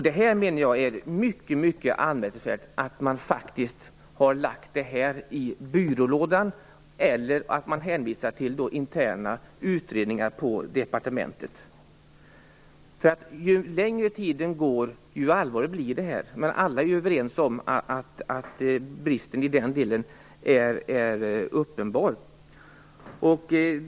Det är mycket anmärkningsvärt att man lagt frågan i byrålådan eller hänvisar till interna utredningar på departementet. Ju längre tiden går, desto allvarligare blir det. Alla är överens om att bristen i det här avseendet är uppenbar.